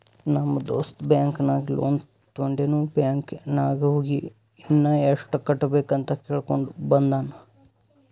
ನಮ್ ದೋಸ್ತ ಬ್ಯಾಂಕ್ ನಾಗ್ ಲೋನ್ ತೊಂಡಿನು ಬ್ಯಾಂಕ್ ನಾಗ್ ಹೋಗಿ ಇನ್ನಾ ಎಸ್ಟ್ ಕಟ್ಟಬೇಕ್ ಅಂತ್ ಕೇಳ್ಕೊಂಡ ಬಂದಾನ್